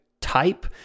type